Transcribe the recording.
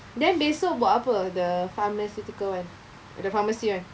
then besok buat apa the pharmaceutical one the pharmacy [one]